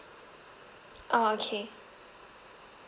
oh okay